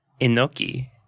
Inoki